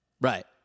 Right